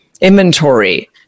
inventory